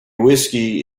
whiskey